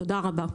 תודה רבה.